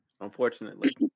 Unfortunately